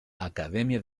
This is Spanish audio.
academia